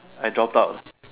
I drop out